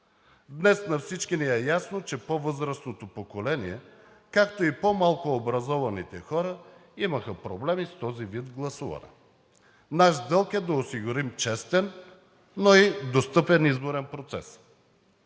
Днес на всички ни е ясно, че по-възрастното поколение, както и по-малко образованите хора имаха проблеми с този вид гласуване. Наш дълг е да осигурим честен, но и достъпен изборен процес.